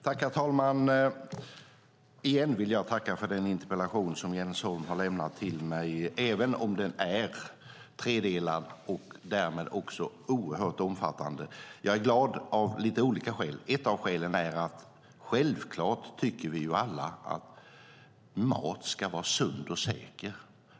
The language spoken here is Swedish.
Herr talman! Jag vill igen tacka för den interpellation som Jens Holm har lämnat till mig, även om den är tredelad och därmed oerhört omfattande. Jag är glad av lite olika skäl. Ett av skälen är att vi alla självklart tycker att mat ska vara sund och säker.